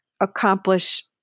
accomplish